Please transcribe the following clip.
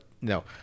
No